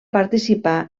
participar